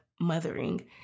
mothering